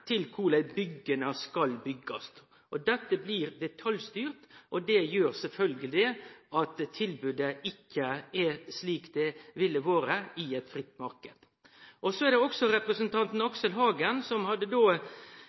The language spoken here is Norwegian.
til korleis bygga skal bli bygde. Dette blir detaljstyrt, og det gjer sjølvsagt at tilbodet ikkje er slik det ville vore i ein fri marknad. Så hadde representanten Aksel Hagen ein merknad når det